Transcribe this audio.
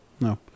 No